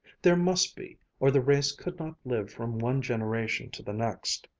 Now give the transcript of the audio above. there must be, or the race could not live from one generation to the next.